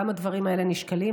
גם הדברים האלה נשקלים.